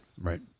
Right